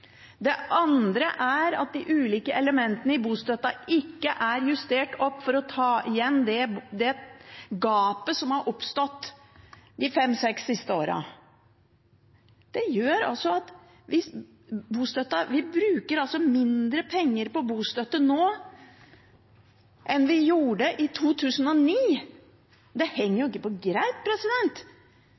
Det andre er at de ulike elementene i bostøtten ikke er justert opp for å ta igjen det gapet som har oppstått de fem–seks siste årene. Vi bruker mindre penger på bostøtte nå enn vi gjorde i 2009. Det henger jo ikke på greip.